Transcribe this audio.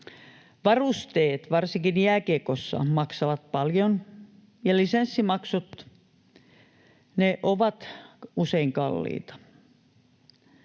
varusteet, varsinkin jääkiekossa, maksavat paljon, ja lisenssimaksut ovat usein kalliita.